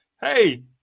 hey